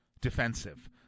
defensive